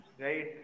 Right